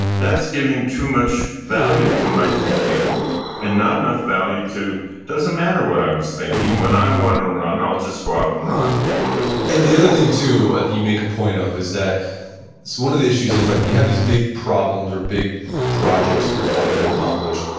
that's giving too much value to my thinking and not enough value to doesn't matter what i was thinking. when i want to run, i'll just go out and run and the other thing too ah that you make a point of is that, it's one of the issues of like you have these big problems or big projects that you're wanting to accomplish,